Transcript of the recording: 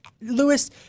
Lewis